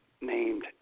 named